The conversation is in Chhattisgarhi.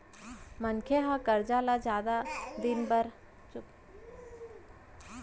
मनसे ह करजा ल जादा दिन बर एकरे सेती लेथे के किस्ती ह ओतका जादा झन रहय